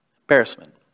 Embarrassment